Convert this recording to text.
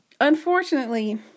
unfortunately